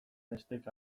esteka